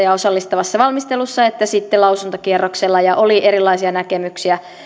ja osallistavassa valmistelussa että sitten lausuntokierroksella ja oli erilaisia näkemyksiä